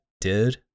dude